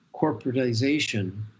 corporatization